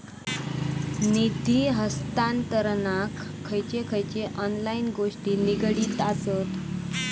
निधी हस्तांतरणाक खयचे खयचे ऑनलाइन गोष्टी निगडीत आसत?